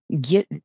get